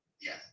yes